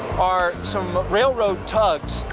are some railroad tugs.